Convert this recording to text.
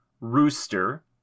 rooster